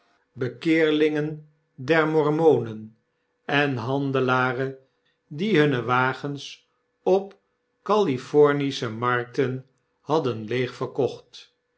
bekeerlingen der mormonen en handelaren die hunne wagens op calif ornische markten hadden leeg verkocht